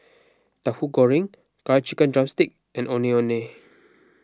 Tahu Goreng Curry Chicken Drumstick and Ondeh Ondeh